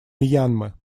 мьянмы